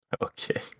Okay